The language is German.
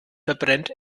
verbrennt